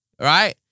Right